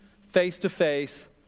face-to-face